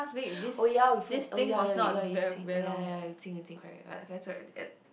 oh ya we oh ya ya ya oh ya ya ya correct sorry to get